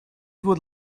would